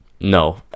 No